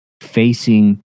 facing